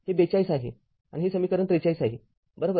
हे ४२ आहे आणि हे समीकरण ४३ आहे बरोबर